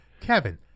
Kevin